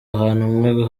ahanwe